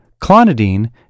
clonidine